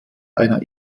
einer